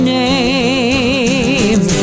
name